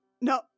No